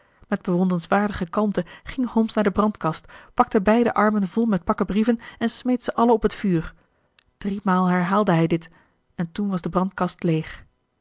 met bewonderenswaardige kalmte ging holmes naar de brandkast pakte beide armen vol met pakken brieven en smeet ze alle op het vuur driemaal herhaalde hij dit en toen was de brandkast leeg